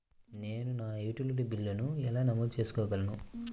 నేను నా యుటిలిటీ బిల్లులను ఎలా నమోదు చేసుకోగలను?